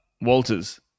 Walters